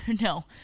no